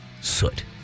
Soot